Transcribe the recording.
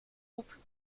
couples